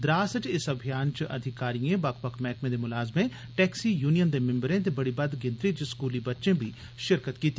द्रास च इस अभियान च अधिकारिएं बक्ख बक्ख मैह्कमें दे मुलाजमें टैक्सी युनियन दे मिम्बरें ते बड़ी बद्द गिनत्री च स्कूली बच्चें बी शिरकत कीती